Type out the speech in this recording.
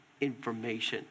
information